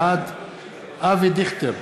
בעד אבי דיכטר,